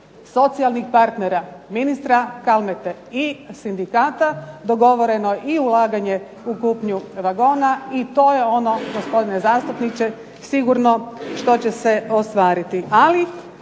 socijalnih partnera, ministra Kalmete i sindikata dogovoreno je i ulaganje u kupnju vagona i to je ono gospodine zastupniče sigurno što će se ostvariti.